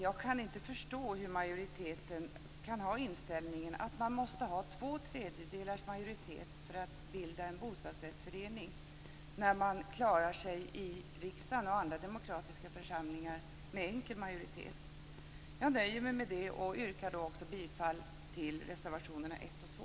Jag kan inte förstå hur majoriteten kan anse att det behövs två tredjedelars majoritet för att bilda en bostadsrättsförening, när man klarar sig i riksdagen och i andra demokratiska församlingar med enkel majoritet. Jag nöjer mig med detta och yrkar bifall till reservationerna nr 1 och nr 2.